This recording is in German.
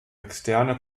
externe